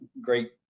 great